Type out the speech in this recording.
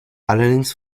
allerdings